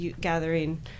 gathering